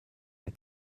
mit